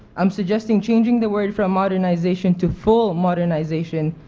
um suggesting changing the word from modernization to full modernization.